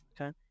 Okay